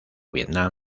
vietnam